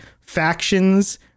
factions